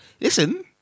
Listen